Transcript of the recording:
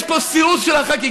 יש פה סירוס של החקיקה.